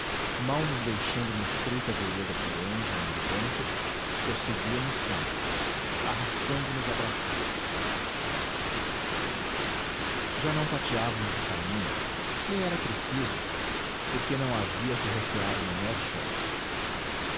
mal nos deixando uma estreita vereda por onde no entanto prosseguíamos sempre arrastando nos abraçados já não tateávamos o caminho nem era preciso porque não havia que recear o menor choque